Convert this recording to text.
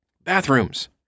Bathrooms